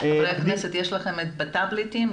חברי הכנסת, יש לכם את העבודה בטאבלטים.